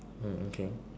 hmm okay